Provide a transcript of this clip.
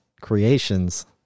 creations